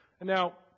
Now